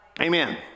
Amen